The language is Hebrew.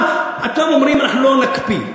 אתם אומרים: אנחנו לא נקפיא.